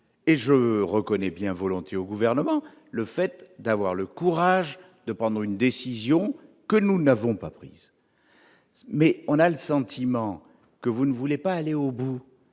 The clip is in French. et je reconnais bien volontiers que le Gouvernement a le courage, lui, de prendre une décision que nous n'avons pas prise. Seulement, on a le sentiment que vous ne voulez pas aller au bout.